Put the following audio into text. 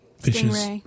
fishes